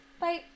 Bye